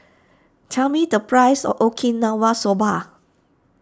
tell me the price of Okinawa Soba